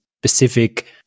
specific